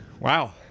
wow